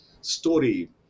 story